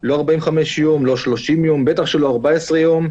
45 יום, לא בתוך 30 יום, בטח שלא בתוך 14 יום,